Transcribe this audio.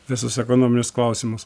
visus ekonominius klausimus